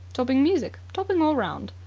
topping music. topping all round.